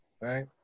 right